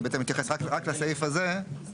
בעצם מתייחס רק לסעיף הזה,